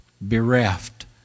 Bereft